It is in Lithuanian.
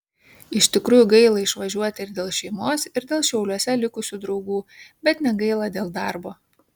iš tikrųjų gaila išvažiuoti ir dėl šeimos ir dėl šiauliuose likusių draugų bet negaila dėl darbo